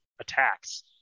attacks